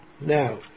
Now